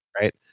right